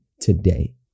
today